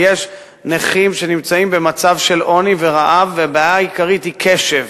כי יש נכים שנמצאים במצב של עוני ורעב והבעיה העיקרית היא קשב.